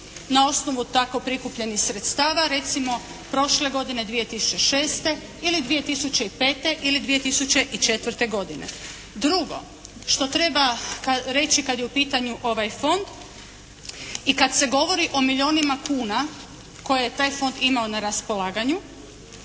na osnovu tako prikupljenih sredstava recimo prošle godine 2006. ili 2005. ili 2004. godine. Drugo što treba reći kad je u pitanju ovaj Fond i kad se govori o milijunima kuna koje je taj fond imao na raspolaganju